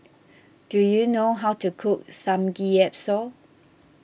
do you know how to cook Samgyeopsal